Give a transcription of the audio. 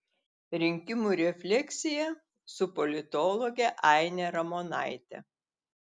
rinkimų refleksija su politologe aine ramonaite